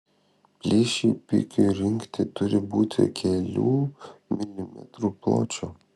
plyšiai pikiui rinkti turi būti kelių milimetrų pločio